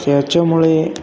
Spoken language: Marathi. त्याच्यामुळे